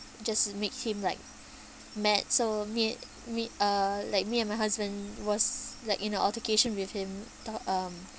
just make him like mad so me me uh like me and my husband was like in a altercation with him to um